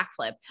backflip